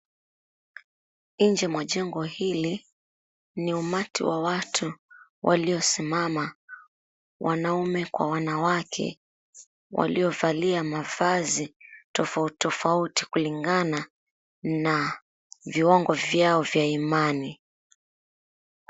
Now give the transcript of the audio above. Nje ya jengo hili Ni umati wa watu waliosimama wanaume kwa wanawake waliovalia mavazi tofautitofauti kulingana na viwango vyao vya imani.